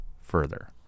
further